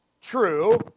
true